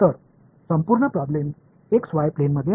எனவே முழு பிரச்சனையும் x y சமதளத்தில் உள்ளது